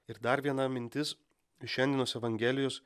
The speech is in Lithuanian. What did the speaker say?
ir dar viena mintis iš šiandienos evangelijos